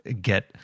Get